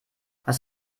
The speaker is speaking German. was